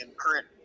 current